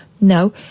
No